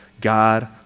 God